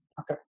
Okay